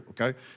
Okay